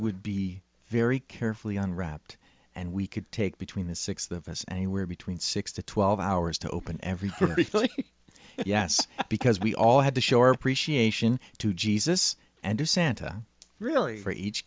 would be very carefully unwrapped and we could take between the sixth of us anywhere between six to twelve hours to open every thirty four yes because we all had to shore appreciation to jesus and to santa really for each